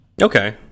Okay